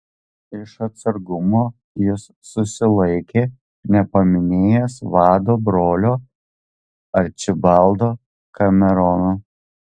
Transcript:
iš atsargumo jis susilaikė nepaminėjęs vado brolio arčibaldo kamerono